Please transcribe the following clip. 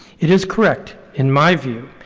it is correct, in my view,